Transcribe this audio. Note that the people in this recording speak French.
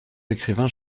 écrivains